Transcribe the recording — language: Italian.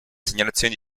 segnalazioni